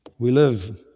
we live